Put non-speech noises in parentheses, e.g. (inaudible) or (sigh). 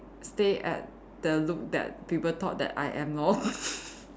stay at the look that people thought that I am lor (laughs)